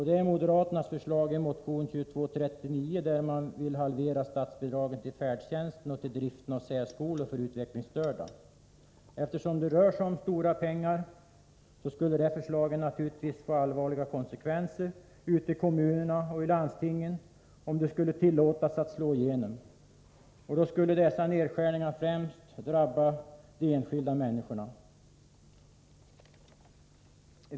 Det är moderaternas förslag i motion 2239 om en halvering av statsbidragen till färdtjänsten och driften av särskolor för utvecklingsstörda. Eftersom det rör sig om stora pengar skulle förslagen, om de tilläts slå igenom, naturligtvis få allvarliga konsekvenser ute i kommunerna och landstingen. Nedskärningarna skulle främst drabba de enskilda människorna.